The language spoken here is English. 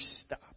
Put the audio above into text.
stop